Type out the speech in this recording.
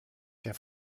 der